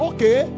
Okay